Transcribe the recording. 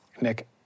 Nick